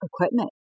equipment